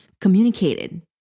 communicated